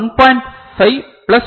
5 plus 2